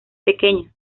pequeñas